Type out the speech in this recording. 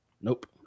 Nope